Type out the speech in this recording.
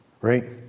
right